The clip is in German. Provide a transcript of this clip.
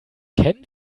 kennen